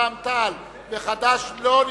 רע"ם-תע"ל וחד"ש לא נתקבלה.